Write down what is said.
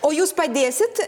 o jūs padėsit